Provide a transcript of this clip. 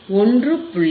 59 kilo hertz